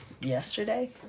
yesterday